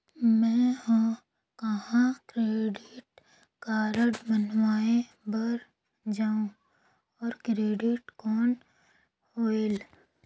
मैं ह कहाँ क्रेडिट कारड बनवाय बार जाओ? और क्रेडिट कौन होएल??